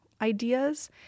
ideas